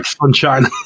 sunshine